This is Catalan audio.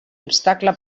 obstacle